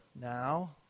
now